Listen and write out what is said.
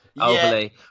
overly